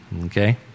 Okay